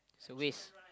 it's a waste